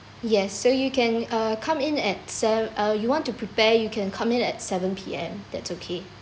yes so you can uh come in at sev~ uh you want to prepare you can come in at seven P_M that's okay